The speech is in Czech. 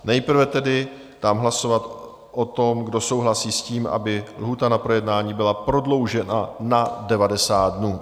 Nejprve tedy dám hlasovat o tom, kdo souhlasí s tím, aby lhůta na projednání byla prodloužena na 90 dnů.